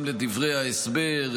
גם לדברי ההסבר,